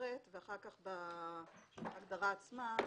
בכותרת ואחר כך בהגדרה עצמה.